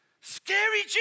scary